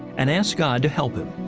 and asked god to help him.